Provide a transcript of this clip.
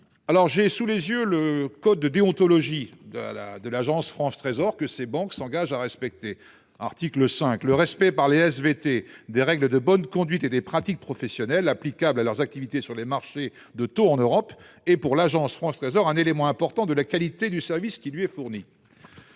! J'ai sous les yeux le code de déontologie de l'Agence France Trésor (AFT) que ces banques s'engagent à respecter. Je cite l'article A.5 :« Le respect par les SVT des règles de bonne conduite et des pratiques professionnelles applicables à leurs activités sur les marchés de taux en Europe est pour l'AFT un élément important de la qualité du service qui lui est fourni.